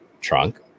trunk